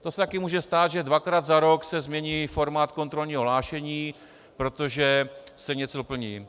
Pak se také může stát, že dvakrát za rok se změní formát kontrolního hlášení, protože se něco doplní.